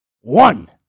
One